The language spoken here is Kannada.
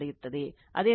ಅದೇ ರೀತಿ I c ICA IBC